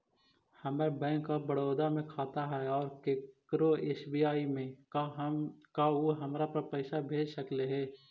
हमर bank of Baroda में खाता है और केकरो एस.बी.आई में है का उ हमरा पर पैसा भेज सकले हे?